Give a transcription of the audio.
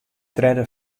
tredde